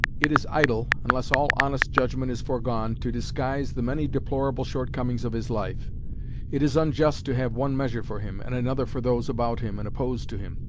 it is idle, unless all honest judgment is foregone, to disguise the many deplorable shortcomings of his life it is unjust to have one measure for him, and another for those about him and opposed to him.